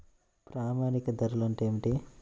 ప్రామాణిక ధరలు అంటే ఏమిటీ?